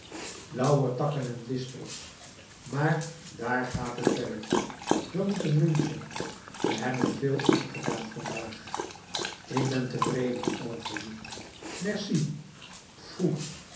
lauwertakken en distels maar daar gaat het belletje we moeten lunchen we hebben veel afgedaan van daag ik ben tevreden over je merci pfhoe